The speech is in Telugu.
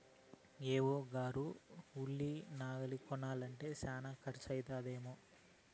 ఏ.ఓ గారు ఉలి నాగలి కొనాలంటే శానా కర్సు అయితదేమో